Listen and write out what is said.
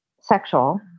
sexual